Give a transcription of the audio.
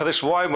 אחרי שבועיים,